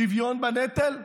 שוויון בנטל,